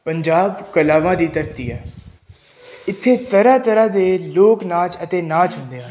ਪੰਜਾਬ ਕਲਾਵਾਂ ਦੀ ਧਰਤੀ ਹੈ ਇੱਥੇ ਤਰ੍ਹਾਂ ਤਰ੍ਹਾਂ ਦੇ ਲੋਕਨਾਚ ਅਤੇ ਨਾਚ ਹੁੰਦੇ ਆ